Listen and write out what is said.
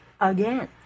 again